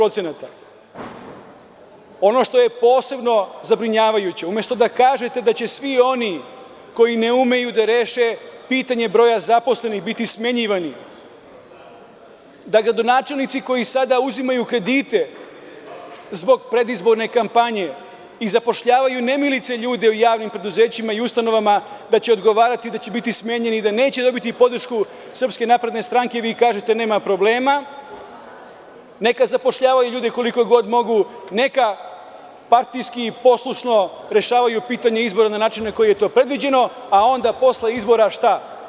Ono što je posebno zabrinjavajuće, umesto da kažete da će svi oni koji ne umeju da reše pitanje broja zaposlenih biti smenjivani, da gradonačelnici koji sada uzimaju kredite zbog predizborne kampanje i zapošljavaju nemilice ljude u javnim preduzećima i ustanovama, da će odgovarati i da će biti smenjeni, da neće dobiti podršku SNS, vi kažete – nema problema, neka zapošljavaju ljude koliko god mogu, ne partijski poslušno rešavaju pitanje izborna na način na koji je to predviđeno, a onda posle izbora šta?